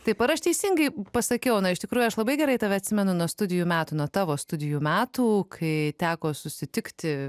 taip aš teisingai pasakiau na iš tikrųjų aš labai gerai tave atsimenu nuo studijų metų nuo tavo studijų metų kai teko susitikti